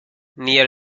near